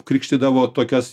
krikštydavo tokias